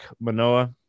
Manoa